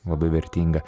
labai vertinga